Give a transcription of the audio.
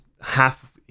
half